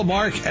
Mark